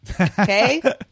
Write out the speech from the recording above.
Okay